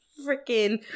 Freaking